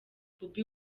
bobi